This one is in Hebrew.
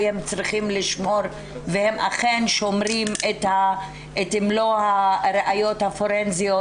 הם צריכים לשמור והם אכן שומרים את מלוא הראיות הפורנזיות,